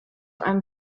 einem